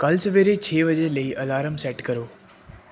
ਕੱਲ੍ਹ ਸਵੇਰੇ ਛੇ ਵਜੇ ਲਈ ਅਲਾਰਮ ਸੈੱਟ ਕਰੋ